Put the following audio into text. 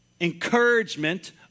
encouragement